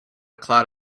cloud